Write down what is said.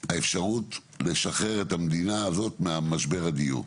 האפשרות לשחרר את המדינה הזאת ממשבר הדיור,